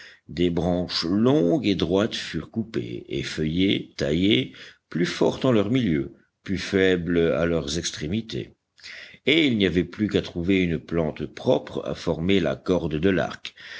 des branches longues et droites furent coupées effeuillées taillées plus fortes en leur milieu plus faibles à leurs extrémités et il n'y avait plus qu'à trouver une plante propre à former la corde de l'arc